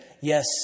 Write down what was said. Yes